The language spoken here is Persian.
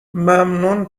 ممنون